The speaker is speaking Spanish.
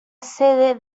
sede